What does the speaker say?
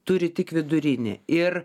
turi tik vidurinį ir